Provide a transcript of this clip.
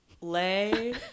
Lay